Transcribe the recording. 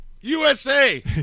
USA